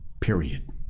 Period